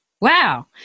Wow